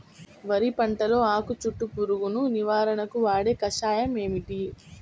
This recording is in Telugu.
వరి పంటలో ఆకు చుట్టూ పురుగును నివారణకు వాడే కషాయం ఏమిటి?